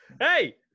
hey